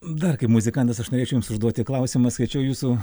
dar kaip muzikantas aš norėčiau jums užduoti klausimą skaičiau jūsų